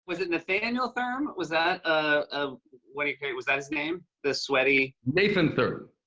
was it nathaniel thurm? was that ah was was that his name? the sweaty nathan thurm.